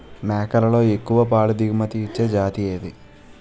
మేకలలో ఎక్కువ పాల దిగుమతి ఇచ్చే జతి ఏది?